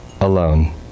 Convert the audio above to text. alone